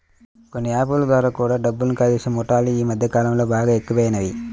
కొన్ని యాప్ ల ద్వారా కూడా డబ్బుని కాజేసే ముఠాలు యీ మద్దె కాలంలో బాగా ఎక్కువయినియ్